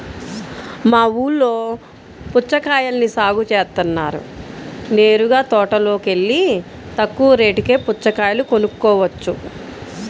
మా ఊల్లో పుచ్చకాయల్ని సాగు జేత్తన్నారు నేరుగా తోటలోకెల్లి తక్కువ రేటుకే పుచ్చకాయలు కొనుక్కోవచ్చు